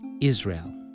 Israel